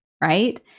right